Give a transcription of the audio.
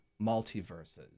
multiverses